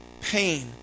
pain